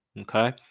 Okay